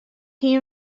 hie